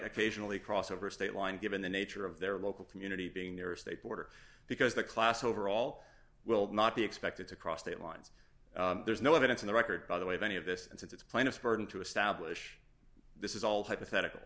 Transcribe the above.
occasionally cross over state line given the nature of their local community being their state border because the class overall will not be expected to cross the lines there's no evidence in the record by the way of any of this and it's plaintiff's burden to establish this is all hypothetical